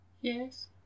Yes